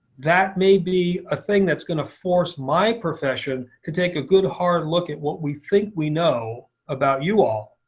that may be a thing that's going to force my profession to take a good hard look at what we think we know about you all.